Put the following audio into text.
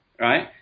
right